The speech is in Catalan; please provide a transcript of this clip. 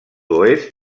oest